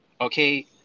okay